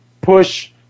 push